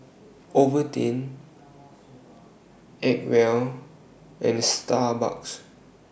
Ovaltine Acwell and Starbucks